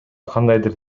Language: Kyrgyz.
кандайдыр